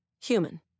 human